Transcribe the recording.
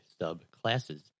subclasses